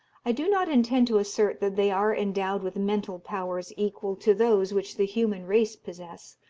i do not intend to assert that they are endowed with mental powers equal to those which the human race possess,